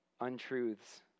untruths